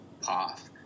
path